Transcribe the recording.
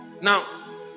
now